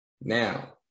Now